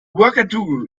ouagadougou